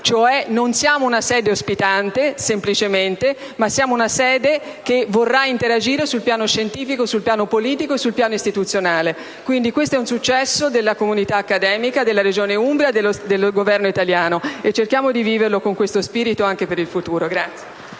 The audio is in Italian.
una sede ospitante, ma siamo una sede che vorrà interagire sul piano scientifico, politico ed istituzionale. Quindi, questo è un successo della comunità accademica, della Regione umbra e del Governo italiano: cerchiamo di viverlo con tale spirito anche per il futuro.